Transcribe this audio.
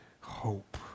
hope